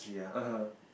(uh huh)